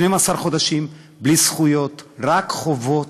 12 חודשים בלי זכויות, רק חובות.